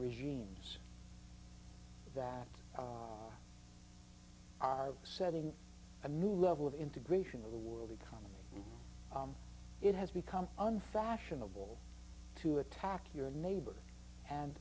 regimes that are setting a new level of integration of the world economy it has become unfashionable to attack your neighbors and